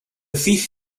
thief